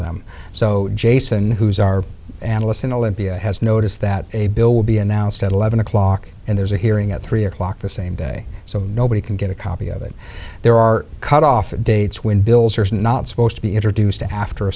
them so jason who's our analysts in olympia has noticed that a bill will be announced at eleven o'clock and there's a hearing at three o'clock the same day so nobody can get a copy of it there are cut off dates when bills are not supposed to be introduced after a